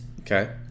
Okay